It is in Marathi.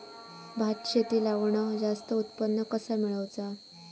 भात शेती लावण जास्त उत्पन्न कसा मेळवचा?